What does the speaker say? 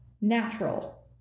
natural